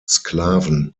sklaven